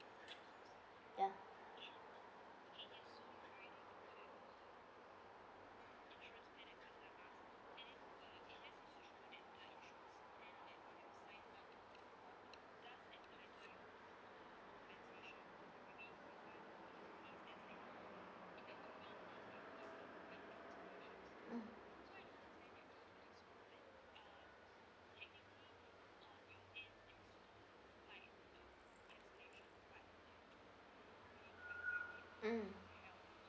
ya mm mm